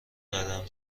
قدم